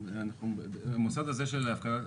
אנחנו סבורים שהסעיף הזה מיותר.